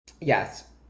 Yes